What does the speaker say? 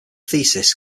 thesis